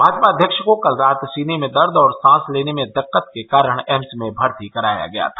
भाजपा अध्यक्ष को कल रात सीने में दर्द और सांस लेने में दिक्कत के कारण एम्स में भर्ती कराया गया था